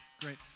great